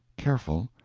careful,